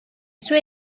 sue